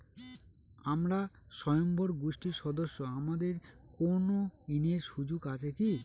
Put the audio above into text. আমরা স্বয়ম্ভর গোষ্ঠীর সদস্য আমাদের কোন ঋণের সুযোগ আছে কি?